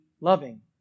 loving